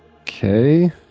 Okay